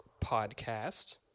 podcast